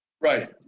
Right